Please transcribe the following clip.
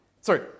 sorry